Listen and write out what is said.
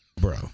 Bro